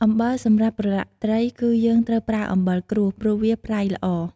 អំបិលសម្រាប់ប្រឡាក់ត្រី គឺយើងត្រូវប្រើអំបិលក្រួស ព្រោះវាប្រៃល្អ។